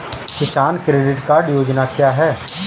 किसान credit card योजना क्या है?